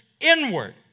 inward